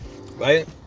right